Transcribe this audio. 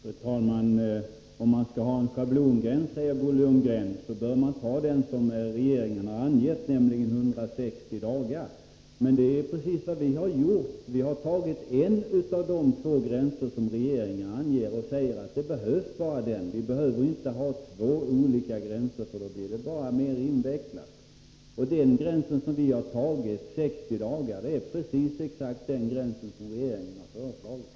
Fru talman! Om man skall ha en schablongräns bör man välja den som regeringen angett, nämligen 160 dagar, säger Bo Lundgren. Men det är ju precis vad vi har gjort. Vi har tagit en av de två gränser som regeringen angett och säger att bara den behövs. Vi behöver inte ha två olika gränser, för då blir det bara mer invecklat. Den gräns som vi har valt, 60 dagar, är precis den gräns som regeringen har föreslagit.